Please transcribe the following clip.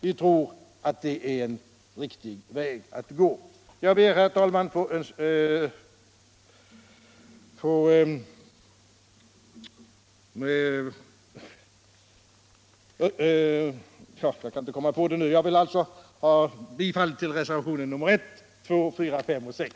Vi tror att det är en riktig väg att gå. Jag ber, herr talman, att få yrka bifall till reservationerna 1, 2, 4, 5 och 6.